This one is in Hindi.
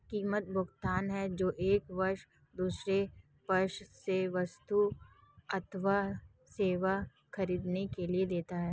कीमत, भुगतान है जो एक पक्ष दूसरे पक्ष से वस्तु अथवा सेवा ख़रीदने के लिए देता है